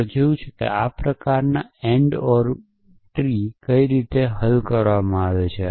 આપણે જોશું કે આ પ્રકારના AND OR વૃક્ષો કેવી રીતે હલ કરવામાં આવે છે